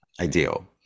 Ideal